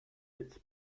its